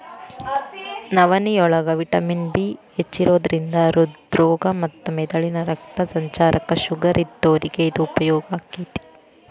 ನವನಿಯೋಳಗ vitamin B ಹೆಚ್ಚಿರೋದ್ರಿಂದ ಹೃದ್ರೋಗ ಮತ್ತ ಮೆದಳಿಗೆ ರಕ್ತ ಸಂಚಾರಕ್ಕ, ಶುಗರ್ ಇದ್ದೋರಿಗೆ ಇದು ಉಪಯೋಗ ಆಕ್ಕೆತಿ